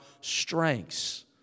strengths